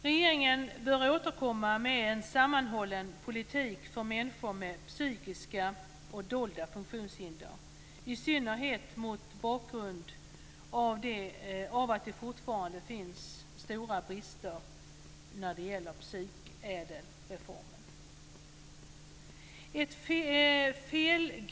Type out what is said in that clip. Regeringen bör återkomma med en sammanhållen politik för människor med psykiska och dolda funktionshinder, i synnerhet mot bakgrund av att det fortfarande finns stora brister när det gäller psykädelreformen.